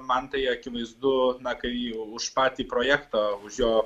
man tai akivaizdu na kai už patį projektą už jo